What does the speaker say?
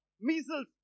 measles